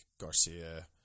Garcia